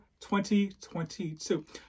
2022